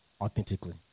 authentically